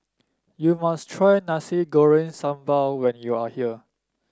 you must try Nasi Goreng Sambal when you are here